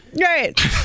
Right